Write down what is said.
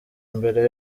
mbere